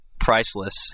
priceless